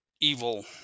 evil